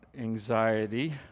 anxiety